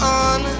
on